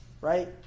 Right